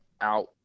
out